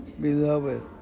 Beloved